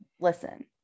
listen